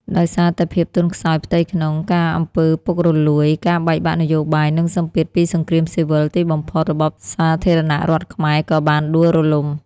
ដោយសារតែភាពទន់ខ្សោយផ្ទៃក្នុង ការអំពើពុករលួយ ការបែកបាក់នយោបាយ និងសម្ពាធពីសង្គ្រាមស៊ីវិល ទីបំផុតរបបសាធារណរដ្ឋខ្មែរក៏បានដួលរលំ។